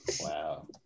Wow